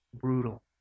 brutal